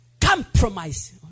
Compromise